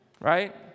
Right